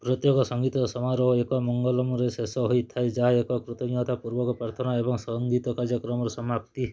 ପ୍ରତ୍ୟେକ ସଙ୍ଗୀତ ସମାରୋହ ଏକ ମଙ୍ଗଳମ୍ରେ ଶେଷ ହୋଇଥାଏ ଯାହା ଏକ କୃତଜ୍ଞତା ପୂର୍ବକ ପ୍ରାର୍ଥନା ଏବଂ ସଙ୍ଗୀତ କାର୍ଯ୍ୟକ୍ରମର ସମାପ୍ତି